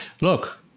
Look